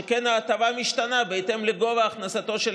שכן ההטבה משתנה בהתאם לגובה הכנסתו של